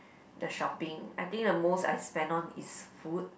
the shopping I think the most I spent on is food